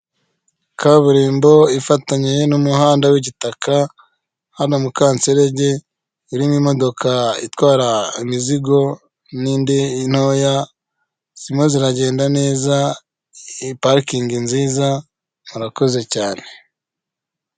Kaburimbo ifatanyije n'umuhanda w'igitaka hano mukansege iririmo imodoka itwara imizigo nindi ntoya zimwe ziragenda neza i parirkingi nziza urarakoze cyane.